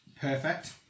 Perfect